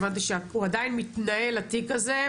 הוא עדיין מתנהל התיק הזה,